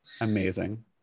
Amazing